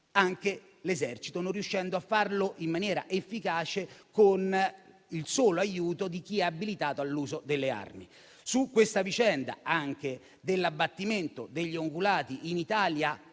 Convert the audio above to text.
anche l'Esercito, non riuscendo a farlo in maniera efficace con il solo aiuto di chi è abilitato all'uso delle armi. Anche su questa vicenda dell'abbattimento degli ungulati in Italia